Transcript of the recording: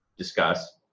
discuss